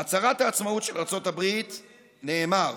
בהצהרת העצמאות של ארצות הברית נאמר,